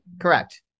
Correct